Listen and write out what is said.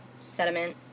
sediment